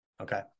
Okay